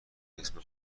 اسم